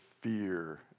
fear